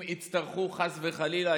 אם יצטרכו חס וחלילה,